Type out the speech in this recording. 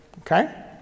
okay